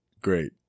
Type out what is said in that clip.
Great